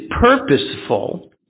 purposeful